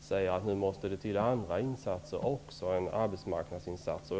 säga att det nu måste till andra insatser förutom arbetsmarknadsinsatser.